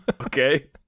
Okay